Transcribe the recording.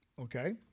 Okay